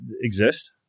exist